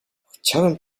chciałem